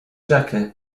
jakie